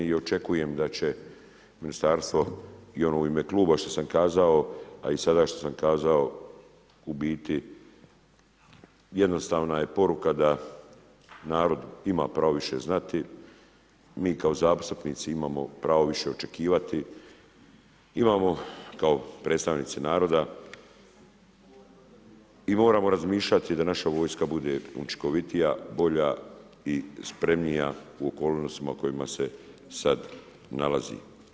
I očekujem da će ministarstvo i ono u ime kluba što sam kazao, a i sada što sam kazao u biti jednostavna je poruka da narod ima pravo više znati, mi kao zastupnici imamo pravo više očekivati, imamo kao predstavnici naroda i moramo razmišljati da naša vojska bude učinkovitija, bolja i spremnija u okolnostima u kojima se sada nalazi.